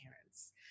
parents